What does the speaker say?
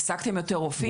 העסקתם יותר רופאים?